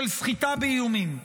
של סחיטה באיומים.